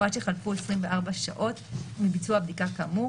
או עד שחלפו 24 שעות מביצוע הבדיקה כאמור,